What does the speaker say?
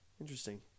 interesting